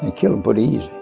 kill them but yeah